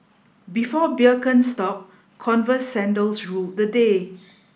before Birkenstock Converse sandals ruled the day